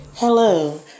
Hello